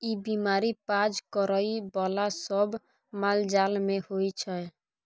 ई बीमारी पाज करइ बला सब मालजाल मे होइ छै